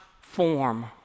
form